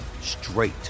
straight